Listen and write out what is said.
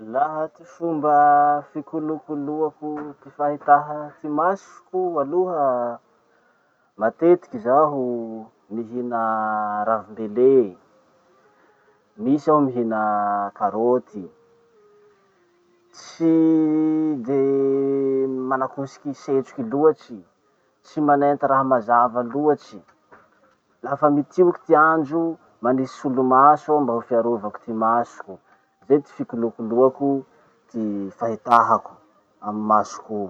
Laha ty fomba fikolokoloako ty fahitàha ty masoko aloha, matetiky zaho mihina ravim-bele, misy aho mihina karoty. Tsy de manakosiky setroky loatsy, tsy manenty raha mazava loatsy. Lafa mitioky ty andro, manisy solomaso mba fiarovako ty masoko. Zay ty fikolokoloako ty fahitàhako amy masoko.